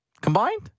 combined